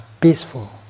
peaceful